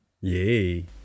Yay